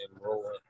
rolling